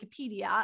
Wikipedia